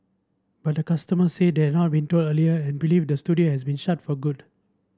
but the customers say they had not been told earlier and believe the studio has been shut for good